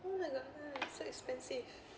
oh my god ah so expensive